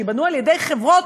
שייבנו על-ידי חברות